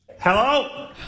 Hello